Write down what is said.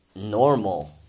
normal